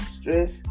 stress